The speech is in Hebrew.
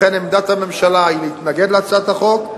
לכן עמדת הממשלה היא להתנגד להצעת החוק,